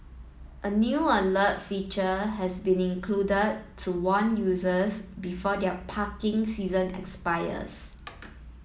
a new alert feature has been included to warn users before their parking season expires